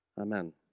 Amen